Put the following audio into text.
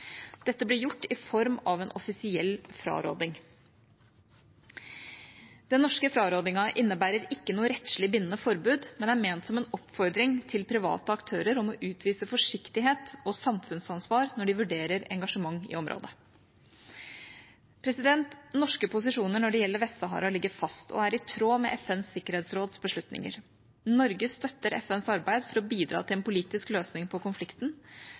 Dette ble gjort i form av en offisiell fraråding. Den norske frarådingen innebærer ikke noe rettslig bindende forbud, men er ment som en oppfordring til private aktører om å utvise forsiktighet og samfunnsansvar når de vurderer engasjement i området. Norske posisjoner når det gjelder Vest-Sahara, ligger fast og er i tråd med FNs sikkerhetsråds beslutninger. Norge støtter FNs arbeid for å bidra til en politisk løsning på konflikten,